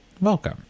welcome